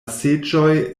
seĝoj